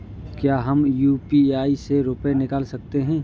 क्या हम यू.पी.आई से रुपये निकाल सकते हैं?